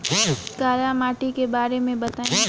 काला माटी के बारे में बताई?